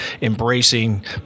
embracing